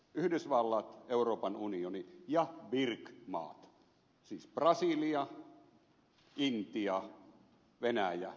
yhdysvallat euroopan unioni ja bric maat siis brasilia venäjä intia ja kiina